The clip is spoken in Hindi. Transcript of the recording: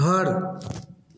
घर